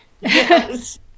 Yes